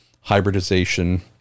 hybridization